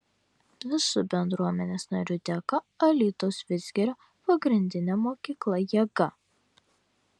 visų bendruomenės narių dėka alytaus vidzgirio pagrindinė mokykla jėga